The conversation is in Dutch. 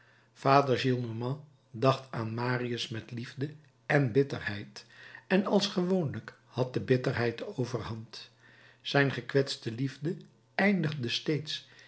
vader gillenormand dacht aan marius met liefde en bitterheid en als gewoonlijk had de bitterheid de overhand zijn gekwetste liefde eindigde steeds